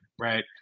right